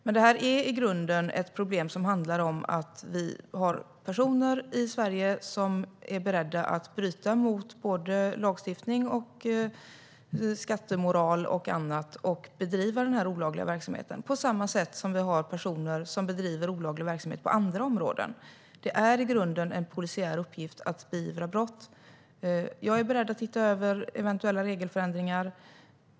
Men det här är i grunden ett problem som handlar om att vi har personer i Sverige som är beredda att bryta mot lagstiftning, skattemoral och annat och bedriva denna olagliga verksamhet, på samma sätt som vi har personer som bedriver olaglig verksamhet på andra områden. Det är i grunden en polisiär uppgift att beivra brott. Jag är beredd att se över behovet av eventuella regelförändringar.